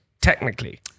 Technically